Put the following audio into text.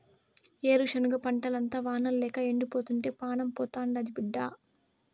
ఏరుశనగ పంటంతా వానల్లేక ఎండిపోతుంటే పానం పోతాండాది బిడ్డా